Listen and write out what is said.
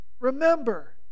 Remember